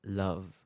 love